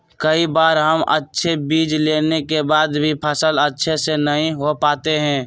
कई बार हम अच्छे बीज लेने के बाद भी फसल अच्छे से नहीं हो पाते हैं?